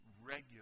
regularly